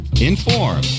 inform